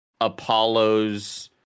Apollo's